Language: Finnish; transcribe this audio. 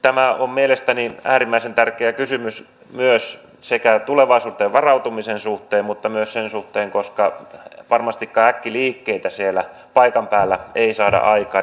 tämä on mielestäni äärimmäisen tärkeä kysymys sekä tulevaisuuteen varautumisen suhteen mutta myös siksi että varmastikaan äkkiliikkeitä ja nopeita vaikutuksia siellä paikan päällä ei saada aikaan